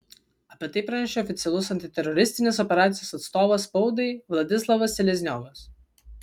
apie tai pranešė oficialus antiteroristinės operacijos atstovas spaudai vladislavas selezniovas